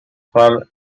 for